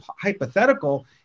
hypothetical